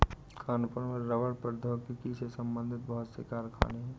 कानपुर में रबड़ प्रौद्योगिकी से संबंधित बहुत से कारखाने है